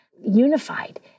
unified